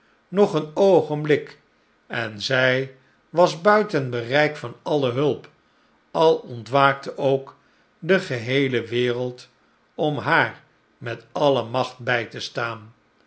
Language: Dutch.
nog een oogenblik en zij was buiten bereik van alle hulp al ontwaakte ook de geheele wereld om haar met alle macht bij te staan